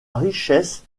richesse